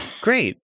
Great